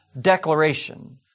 declaration